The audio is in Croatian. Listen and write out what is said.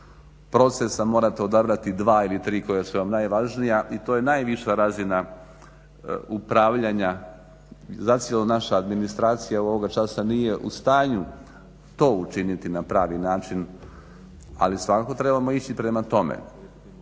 procesa morate odabrati dva ili tri koja su vam najvažnija i to je najviša razina upravljanja. Zacijelo naša administracija ovoga časa nije u stanju to učiniti na pravi način ali svakako trebamo ići prema tome